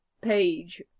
page